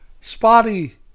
Spotty